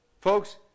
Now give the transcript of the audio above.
Folks